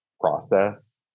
process